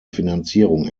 finanzierung